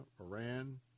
Iran